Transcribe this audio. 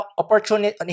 opportunity